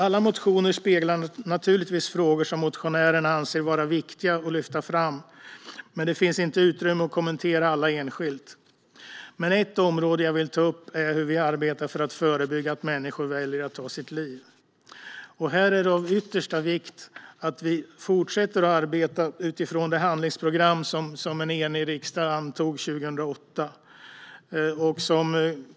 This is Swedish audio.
Alla motioner speglar naturligtvis frågor som motionärerna anser vara viktiga att lyfta fram, men det finns inte utrymme att kommentera alla enskilt. Men ett område jag ändå vill ta upp är hur vi arbetar för att förebygga att människor väljer att ta sitt liv. Det är av yttersta vikt att vi fortsätter att arbeta utifrån det handlingsprogram som en enig riksdag antog 2008.